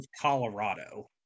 Colorado